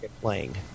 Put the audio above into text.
Playing